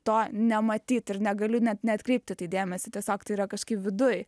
to nematyt ir negaliu net neatkreipt į tai dėmesį tiesiog tai yra kažkaip viduj